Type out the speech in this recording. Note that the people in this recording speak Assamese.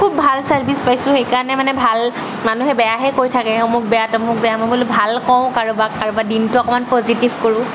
খুব ভাল চাৰ্ভিচ পাইছোঁ সেইকাৰণে মানে ভাল মানুহে বেয়াহে কৈ থাকে অমুক বেয়া তমুক বেয়া মই বোলো ভাল কওঁ কাৰোবাক কাৰোবাৰ দিনটো অকণমান পজিটিভ কৰোঁ